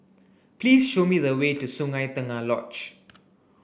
please show me the way to Sungei Tengah Lodge